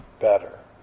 Better